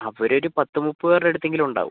അവർ ഒരു പത്ത് മുപ്പത് പേരുടെടുത്തെങ്കിലും ഉണ്ടാവും